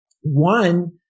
One